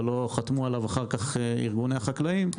אבל לא חתמו עליו אחר כך ארגוני החקלאים,